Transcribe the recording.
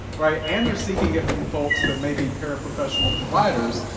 right? and they're seeking it from folks that may be paraprofessional providers,